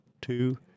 two